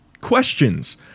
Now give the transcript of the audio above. Questions